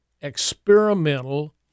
experimental